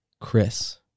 Chris